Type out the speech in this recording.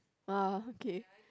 ah okay